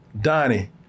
Donnie